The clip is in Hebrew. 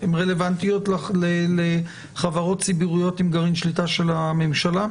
הן רלוונטיות לחברות ציבוריות עם גרעין שליטה של הממשלה?